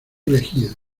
elegido